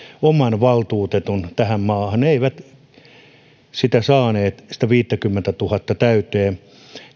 oman valtuutetun tähän maahan he eivät saaneet sitä viittäkymmentätuhatta täyteen